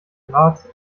graz